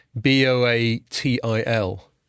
B-O-A-T-I-L